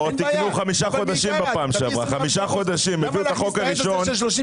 הם תיקנו חמישה חודשים בפעם שעברה.